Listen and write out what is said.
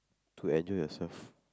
to enjoy yourself